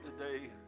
today